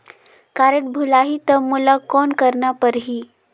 Card भुलाही ता मोला कौन करना परही?